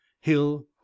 hill